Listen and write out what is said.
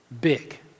big